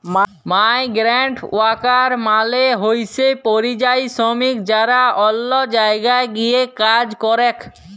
migrant worker মালে হইসে পরিযায়ী শ্রমিক যারা অল্য জায়গায় গিয়ে কাজ করেক